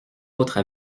autres